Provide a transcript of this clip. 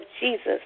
Jesus